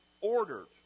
ordered